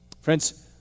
Friends